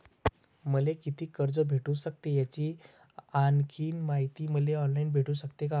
मले कितीक कर्ज भेटू सकते, याची आणखीन मायती मले ऑनलाईन भेटू सकते का?